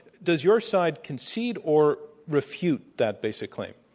does your side concede or refute that basic claim?